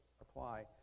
apply